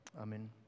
Amen